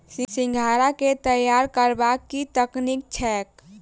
सिंघाड़ा केँ तैयार करबाक की तकनीक छैक?